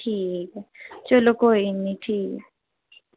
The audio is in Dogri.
ठीक ऐ चलो कोई निं ठीक